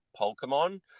Pokemon